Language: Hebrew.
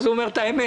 אז הוא אומר את האמת.